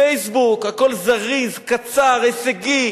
"פייסבוק", הכול זריז, קצר, הישגי,